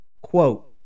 Quote